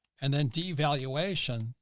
and then devaluation,